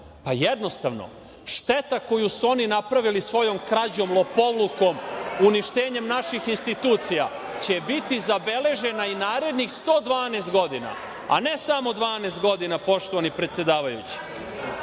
Jednostavno, šteta koju su oni napravili svojom krađom, lopovlukom, uništenjem naših institucija će biti zabeležena i narednih 112 godina, a ne samo 12 godina, poštovani predsedavajući. Kažu